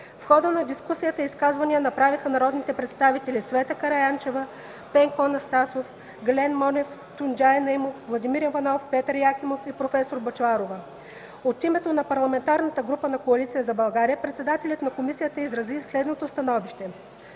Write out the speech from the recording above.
В хода на дискусията изказвания направиха народните представители Цвета Караянчева, Пенко Атанасов, Гален Монев, Тунджай Наимов, Владимир Иванов, Петър Якимов и проф. Светла Бъчварова. От името на парламентарната група на Коалиция за България председателят на комисията изрази следното становище: